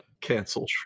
Cancel